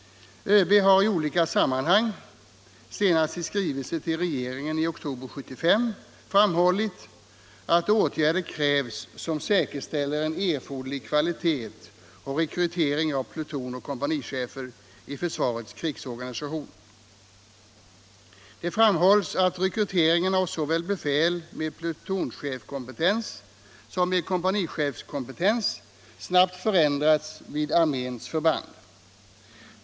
ÖB har i olika sammanhang — senast i skrivelse till regeringen i oktober 1975 — framhållit att åtgärder krävs som säkerställer en erforderlig kvalitet och rekrytering av plutonoch kompanichefer i försvarets krigsorganisation. Det framhålles att rekryteringen av befäl såväl med plutonchefskompetens som med kompanichefskompetens snabbt försämrats vid arméns förband.